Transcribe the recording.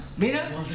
Mira